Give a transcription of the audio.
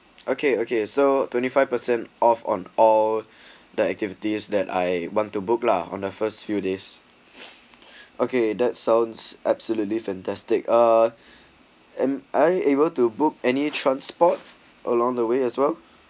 okay okay so twenty five percent of on all the activities that I want to book lah on the first few days okay that sounds absolutely fantastic ah am I able to book any transport along the way as well